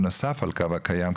בנוסף על הקו הקיים,